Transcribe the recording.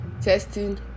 Testing